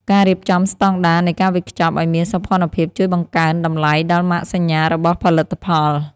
ការរៀបចំស្តង់ដារនៃការវេចខ្ចប់ឱ្យមានសោភ័ណភាពជួយបង្កើនតម្លៃដល់ម៉ាកសញ្ញារបស់ផលិតផល។